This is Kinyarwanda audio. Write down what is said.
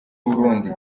burundi